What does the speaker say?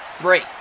break